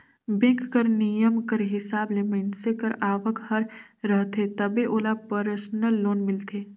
bank कर नियम कर हिसाब ले मइनसे कर आवक हर रहथे तबे ओला परसनल लोन मिलथे